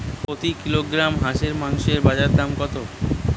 প্রতি কিলোগ্রাম হাঁসের মাংসের বাজার দর কত?